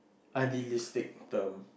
idealistic term